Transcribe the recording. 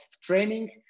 training